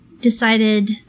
decided